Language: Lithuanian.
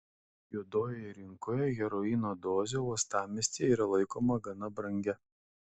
juodojoje rinkoje heroino dozė uostamiestyje yra laikoma gana brangia